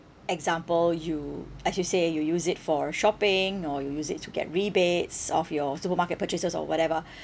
example you as you say you use it for shopping or you use it to get rebates of your supermarket purchases or whatever